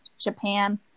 Japan